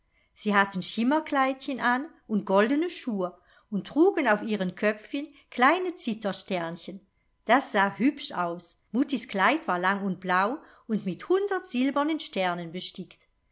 sie hatten schimmerkleidchen an und goldene schuhe und trugen auf ihren köpfen kleine zittersternchen das sah hübsch aus muttis kleid war lang und blau und mit hundert silbernen sternen bestickt